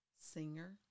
singer